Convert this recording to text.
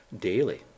daily